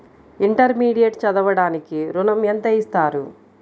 Intermediate చదవడానికి ఋణం ఎంత ఇస్తారు?